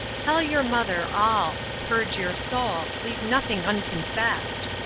tell your mother all. purge your soul leave nothing unconfessed.